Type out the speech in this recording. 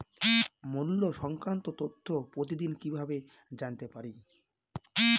মুল্য সংক্রান্ত তথ্য প্রতিদিন কিভাবে জানতে পারি?